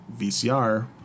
VCR